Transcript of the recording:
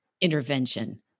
intervention